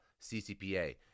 CCPA